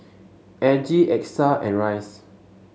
Aggie Exa and Rice